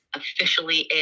officially